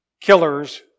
killers